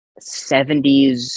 70s